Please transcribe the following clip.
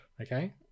okay